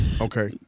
okay